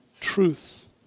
truth